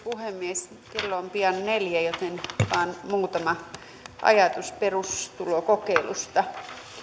puhemies kello on pian neljä joten vain muutama ajatus perustulokokeilusta